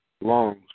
lungs